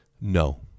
No